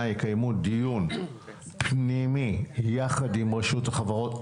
יקיימו דיון פנימי יחד עם רשות החברות.